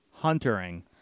huntering